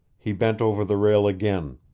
he bent over the rail again.